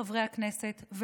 חברי הכנסת,